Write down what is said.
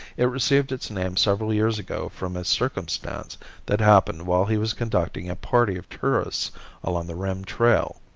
it received its name several years ago from a circumstance that happened while he was conducting a party of tourists along the rim trail.